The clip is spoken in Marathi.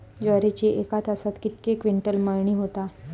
ज्वारीची एका तासात कितके क्विंटल मळणी होता?